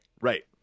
right